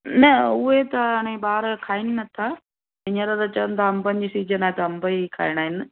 न उहे त हाणे ॿार खाइनि नथा हीअंर त चवनि था अंबनि जी सीजन आहे त अंब ई खाइणा आहिनि